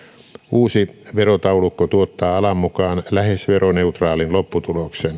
uusi verotaulukko tuottaa alan mukaan lähes veroneutraalin lopputuloksen